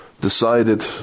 decided